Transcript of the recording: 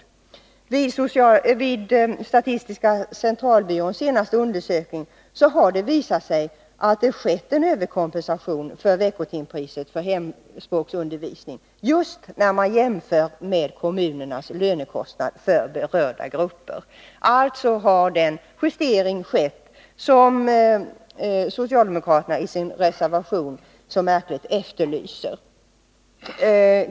Av statistiska centralbyråns senaste undersökning framgår att det skett en överkompensation i fråga om veckotimpriset för hemspråksundervisningen, just när man jämför med kommunernas lönekostnader för berörda grupper. Alltså har den justering skett som socialdemokraterna i reservation 8 märkligt nog efterlyser.